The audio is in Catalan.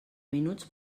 minuts